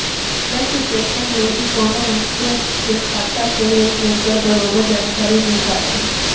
bank statement ले ही कोनो मइनसे के खाता के लेन देन कर बरोबर जानकारी मिल पाथे